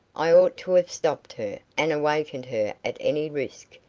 i ought to have stopped her, and awakened her at any risk,